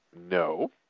No